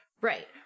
Right